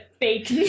fake